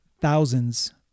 thousands